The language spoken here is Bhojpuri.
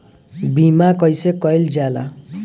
बीमा कइसे कइल जाला?